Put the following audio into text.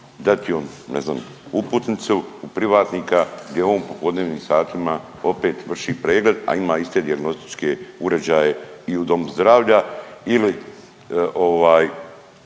ne znam uputnicu u privatnika gdje on u popodnevnim satima opet vrši pregled, a ima iste dijagnostičke uređaje i u domu zdravlja